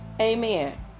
amen